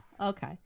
Okay